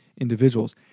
individuals